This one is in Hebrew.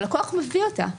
הלקוח מביא אותה.